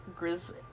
Grizz-